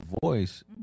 voice